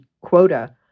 quota